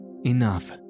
Enough